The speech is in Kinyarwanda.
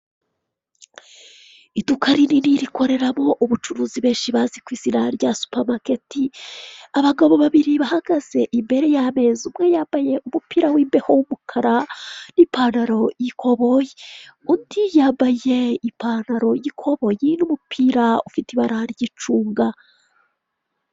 Iduka rinini rikoreramo ubucuruzi benshi bazi ku izina rya supamaketi, abagabo babiri bahagaze imbere y'ameza, umwe yambaye umupira w'imbeho w'umukara n'ipantaro, y'ikoboyi undi yambaye ipantaro y'ikoboyi n'umupira ufite ibara ry'icunga.